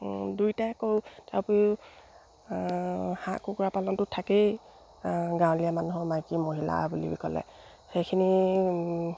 দুয়োটাই কৰোঁ তাৰ উপৰিও হাঁহ কুকুৰা পালনটো থাকেই গাঁৱলীয়া মানুহৰ মাইকী মহিলা বুলি ক'লে সেইখিনি